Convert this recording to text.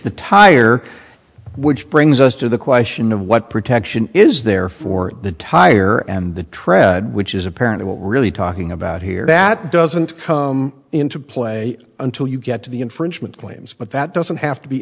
the tire which brings us to the question of what protection is there for the tire and the tread which is apparently what we're really talking about here that doesn't come into play until you get to the infringement claims but that doesn't have to be